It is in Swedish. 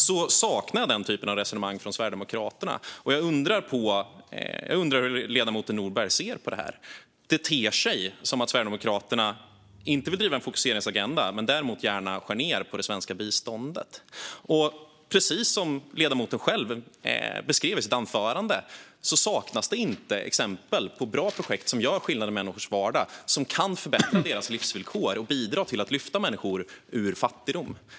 Jag saknar den typen av resonemang från Sverigedemokraterna, och jag undrar hur ledamoten Nordberg ser på detta. Det ter sig som att Sverigedemokraterna inte vill driva en fokuseringsagenda men däremot gärna skär ned på det svenska biståndet. Precis som ledamoten själv beskrev i sitt anförande saknas det inte exempel på bra projekt som gör skillnad i människors vardag och kan förbättra deras livsvillkor och bidra till att lyfta dem ur fattigdom.